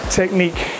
technique